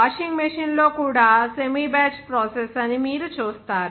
washing machine లో కూడా semi batch process అని మీరు చూస్తారు